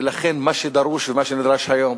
ולכן מה שדרוש ומה שנדרש היום,